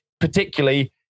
particularly